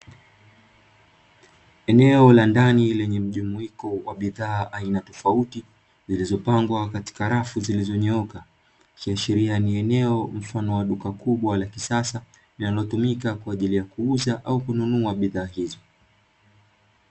Eneo la ndani lenye mjumuiko wa bidhaa za aina tofautitofauti, zilizopangwa katika rafu zilizonyooka ikiashiria ni eneo mfano wa duka kubwa la kisasa linalotumika kwa ajili ya kuuza au kununua bidhaa hizo.